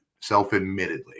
self-admittedly